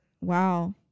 Wow